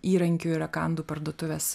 įrankių ir rakandų parduotuvės